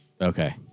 Okay